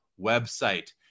website